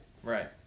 Right